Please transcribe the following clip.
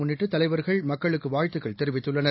முன்னிட்டு தலைவர்கள் மக்களுக்கு வாழ்த்துகள் தெரிவித்துள்ளனர்